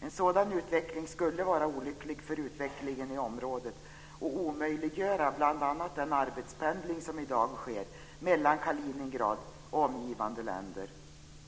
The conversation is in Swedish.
En sådan utveckling skulle vara olycklig för utvecklingen i området och omöjliggöra bl.a. den arbetspendling som i dag sker mellan Kaliningrad och omgivande länder.